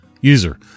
User